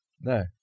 No